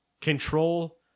Control